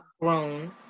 grown